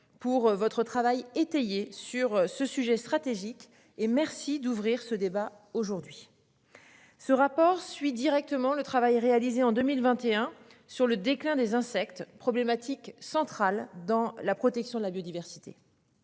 pour votre travail étayée sur ce sujet stratégique, et merci d'ouvrir ce débat aujourd'hui. Ce rapport suit directement le travail réalisé en 2021 sur le déclin des insectes problématique centrale dans la protection de la biodiversité.